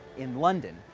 in london.